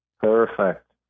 Perfect